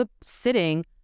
sitting